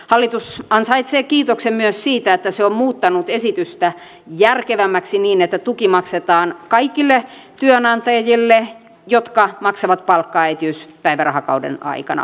hallitus ansaitsee kiitoksen myös siitä että se on muuttanut esitystä järkevämmäksi niin että tuki maksetaan kaikille työnantajille jotka maksavat palkkaa äitiyspäivärahakauden aikana